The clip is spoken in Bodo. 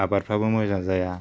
आबादफ्राबो मोजां जाया